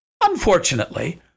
Unfortunately